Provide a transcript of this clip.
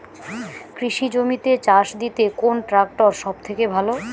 কৃষি জমিতে চাষ দিতে কোন ট্রাক্টর সবথেকে ভালো?